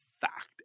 fact